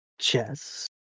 Chess